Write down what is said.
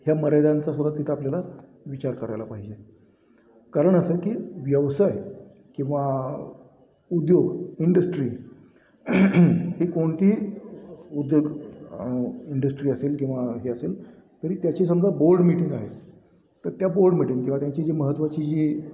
ह्या मर्यादांचा सुद्धा तिथं आपल्याला विचार करायला पाहिजे कारण असं की व्यवसाय किंवा उद्योग इंडस्ट्री हे कोणती उद्योग इंडस्ट्री असेल किंवा हे असेल तरी त्याची समजा बोर्ड मीटिंग आहे तर त्या बोर्ड मीटिंग किंवा त्यांची जी महत्त्वाची जी